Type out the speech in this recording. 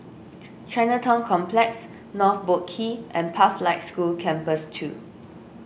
Chinatown Complex North Boat Quay and Pathlight School Campus two